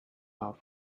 out